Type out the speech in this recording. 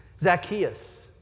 Zacchaeus